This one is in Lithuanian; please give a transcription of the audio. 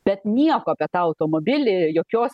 bet nieko apie tą automobilį jokios